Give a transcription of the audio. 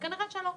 כנראה שלא.